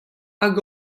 hag